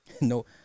No